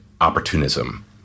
opportunism